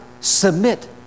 submit